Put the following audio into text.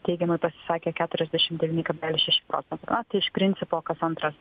teigiamai pasisakė keturiasdešim devyni kablelis šeši procento iš principo kas antras